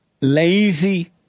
lazy